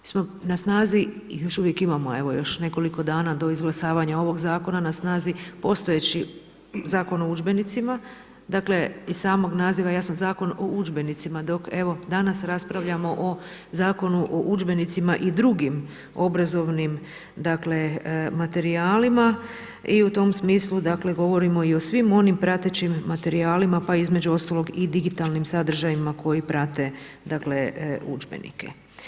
Mi smo na snazi i još uvijek imamo nekoliko dana do izglasavanja ovog zakona na snazi postojeći Zakon o udžbenicima, dakle, iz samog naziva jasno Zakon o udžbenicima, dok danas raspravljamo o Zakonu o udžbenicima i drugim obrazovnim materijalima i u tom smislu govorimo i o svim onim pratećim materijalima pa između ostaloga i digitalnim sadržajima koji prate udžbenike.